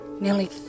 Nearly